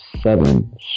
Seven